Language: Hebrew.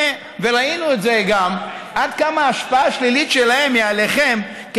וגם ראינו עד כמה ההשפעה שלהם עליכם שלילית,